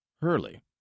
Hurley